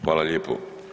Hvala lijepo.